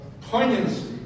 poignancy